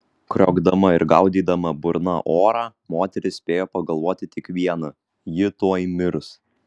kriokdama ir gaudydama burna orą moteris spėjo pagalvoti tik viena ji tuoj mirs